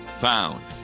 found